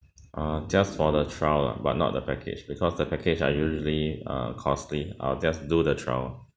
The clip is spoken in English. uh just for the trial lah but not the package because the package are usually uh costly I'll just do the trial lah